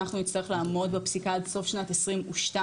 אנחנו נצטרך לעמוד בפסיקה עד סוף שנת 2022,